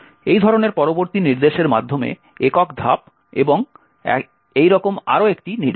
এই ধরনের পরবর্তী নির্দেশের মাধ্যমে একক ধাপ এবং এইরকম আরও একটি নির্দেশ